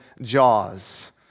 Jaws